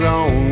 on